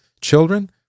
children